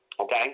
Okay